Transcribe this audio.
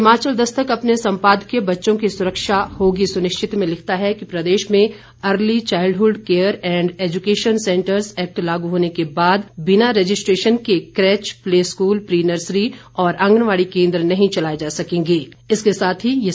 हिमाचल दस्तक अपने सम्पादकीय बच्चों की सुरक्षा होगी सुनिश्चित में लिखता है कि प्रदेश में early childhood care and education centres act लागू होने के बाद बिना रजिस्ट्रेशन के creche play school pre nursery और आंगनबाड़ी केन्द्र नहीं चलाए जा सकेंगे